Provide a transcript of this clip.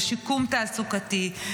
לשיקום תעסוקתי,